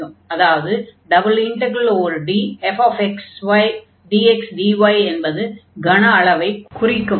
அதாவது ∬Dfxydxdy என்பது கன அளவைக் குறிக்கும்